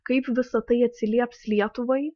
kaip visa tai atsilieps lietuvai